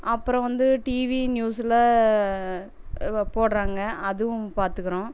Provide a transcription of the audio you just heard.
அப்புறம் வந்து டிவி நியூஸ்ல போடுறாங்க அதுவும் பார்த்துக்குறோம்